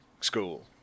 School